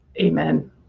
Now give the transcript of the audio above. Amen